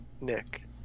Nick